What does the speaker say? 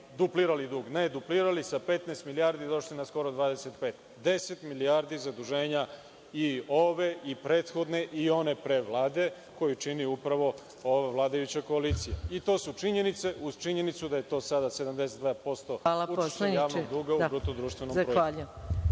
duplirali dug. Ne duplirali, sa 15 milijardi došli na skoro 25, deset milijardi zaduženja i ove, i prethodne i one pre Vlade, koju čini upravo ova vladajuća koalicija. To su činjenice, uz činjenicu da je to sada 72% učešća javnog duga u BDP. **Maja Gojković**